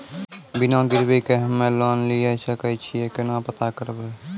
बिना गिरवी के हम्मय लोन लिये सके छियै केना पता करबै?